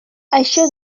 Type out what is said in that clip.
això